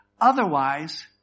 Otherwise